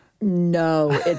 No